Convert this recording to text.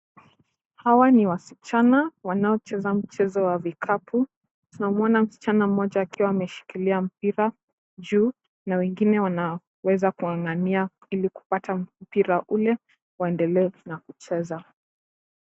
Hawa ni wasichana wanaocheza mchezo wa vikapu. Tunamuona msichana moja akiwa ameshilikia mpira juu na wengine wanaweza kung'ang'ania ili kupata mpira ule waendelee kucheza.